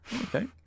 Okay